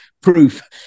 proof